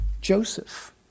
Joseph